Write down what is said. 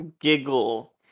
giggle